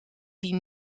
die